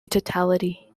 totality